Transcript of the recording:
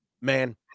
man